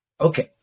Okay